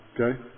okay